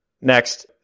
Next